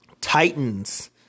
Titans